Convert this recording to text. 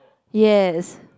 yes